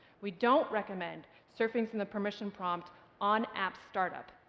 we don't recommend surfacing the permission prompt on app startup,